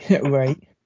Right